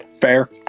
Fair